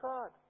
God